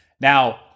Now